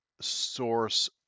source